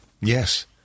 Yes